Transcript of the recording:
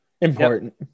important